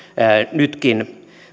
nytkin